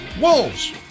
Wolves